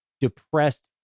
depressed